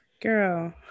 girl